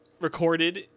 recorded